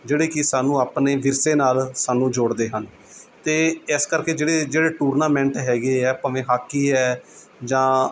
ਜਿਹੜੇ ਕਿ ਸਾਨੂੰ ਆਪਣੇ ਵਿਰਸੇ ਨਾਲ ਸਾਨੂੰ ਜੋੜਦੇ ਹਨ ਅਤੇ ਇਸ ਕਰਕੇ ਜਿਹੜੇ ਜਿਹੜੇ ਟੂਰਨਾਮੈਂਟ ਹੈਗੇ ਹੈ ਭਾਵੇਂ ਹਾਕੀ ਹੈ ਜਾਂ